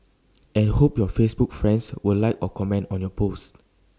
and hope your Facebook friends will like or comment on your post